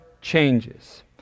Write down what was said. changes